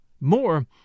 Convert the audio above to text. More